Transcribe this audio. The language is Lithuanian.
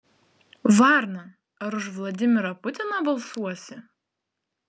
varna ar už vladimirą putiną balsuosi